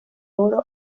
oro